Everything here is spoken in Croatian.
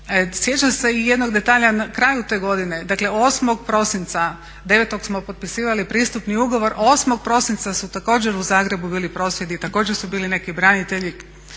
Sjećam se i jednog detalja na kraju te godine, dakle 8. prosinca, 9. smo potpisivali pristupni ugovor, 8. prosinca su također u Zagrebu bili prosvjedi i također su bili neki branitelji